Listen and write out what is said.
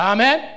Amen